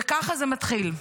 וככה זה מתחיל: